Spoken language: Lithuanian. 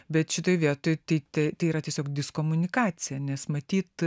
bet šitoj vietoj tai tai yra tiesiog diskomunikacija nes matyt